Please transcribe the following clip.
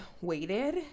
waited